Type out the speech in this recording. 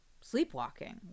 sleepwalking